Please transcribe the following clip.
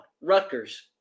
Rutgers